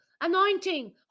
anointing